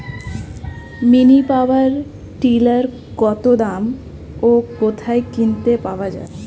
Mini power tiller কত দাম ও কোথায় কিনতে পাওয়া যায়?